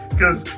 cause